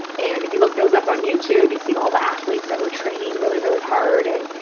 and if you look those up on youtube, you see all the athletes that were training really, really hard and,